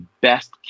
best